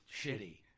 shitty